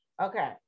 Okay